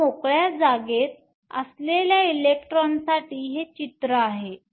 आता मोकळ्या जागेत असलेल्या इलेक्ट्रॉनसाठी हे चित्र आहे